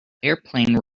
airplane